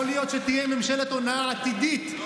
יכול להיות שתהיה ממשלת הונאה עתידית,